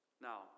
Now